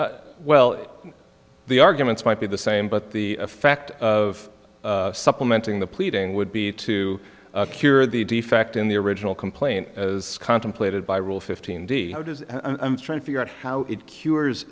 well the arguments might be the same but the effect of supplementing the pleading would be to cure the defect in the original complaint as contemplated by rule fifteen d how does trying to figure out how it cures